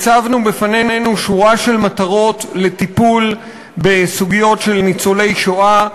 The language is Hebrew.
הצבנו בפנינו שורה של מטרות לטיפול בסוגיות של ניצולי שואה.